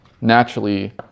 naturally